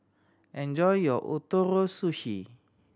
enjoy your Ootoro Sushi